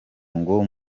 ngo